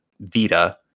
Vita